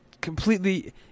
completely